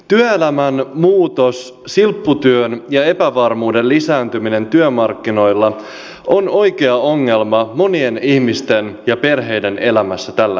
työelämän muutos silpputyön ja epävarmuuden lisääntyminen työmarkkinoilla on oikea ongelma monien ihmisten ja perheiden elämässä tällä hetkellä